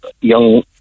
young